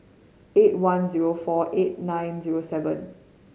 eight one zero four eight nine zero seven